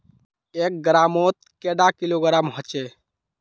एक ग्राम मौत कैडा किलोग्राम होचे?